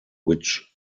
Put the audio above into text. which